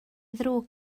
ddrwg